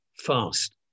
fast